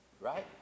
right